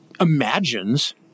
imagines